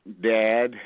dad